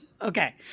Okay